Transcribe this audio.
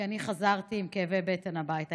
כי אני חזרתי עם כאבי בטן הביתה,